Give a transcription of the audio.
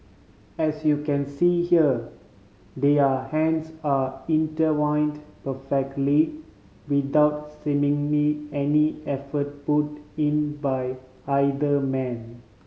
as you can see here their hands are intertwined perfectly without seemingly any effort put in by either man